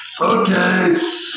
Okay